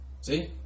See